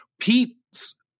Pete's